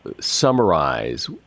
summarize